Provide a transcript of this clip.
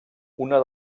una